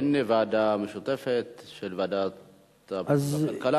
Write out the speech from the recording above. אין ועדה משותפת של ועדת הכלכלה,